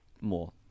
more